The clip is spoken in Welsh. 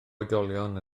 oedolion